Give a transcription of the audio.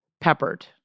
Peppered